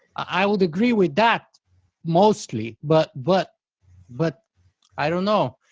i would agree with that mostly, but but but i don't know.